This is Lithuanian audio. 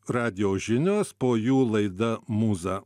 radijo žinios po jų laida mūza